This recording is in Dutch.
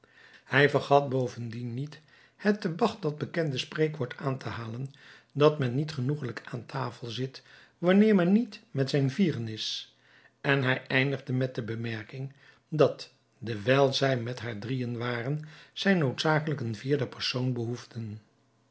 hij vergat bovendien niet het te bagdad bekende spreekwoord aan te halen dat men niet genoegelijk aan tafel zit wanneer men niet met zijn vieren is en hij eindigde met de bemerking dat dewijl zij met haar drieën waren zij noodzakelijk een vierde persoon behoefden